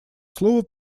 слово